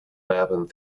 mapping